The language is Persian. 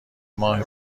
ماه